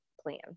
plan